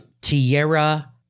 Tierra